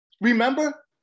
Remember